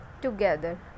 together